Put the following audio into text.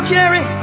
Jerry